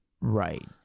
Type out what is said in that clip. Right